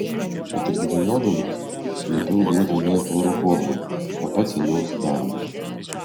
kad ir dvejodamas liepiau duoti jai chloroformo o pats ėmiausi darbo